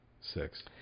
six